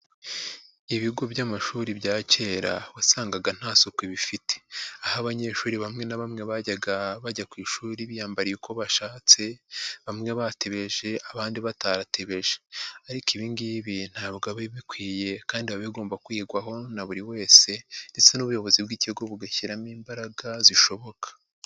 Ibigo by'amashuri bya kera wasangaga nta suku bifite aho abanyeshuri bamwe na bamwe bajyaga bajya ku ishuri biyambariye uko bashatse bamwe batebeje abandi batatebeje, ariko ibi ngibi ntabwo biba bikwiye kandi biba bigomba kwigwaho na buri wese ndetse n'ubuyobozi bw'ikigo bugashyiramo imbaraga zishoboka.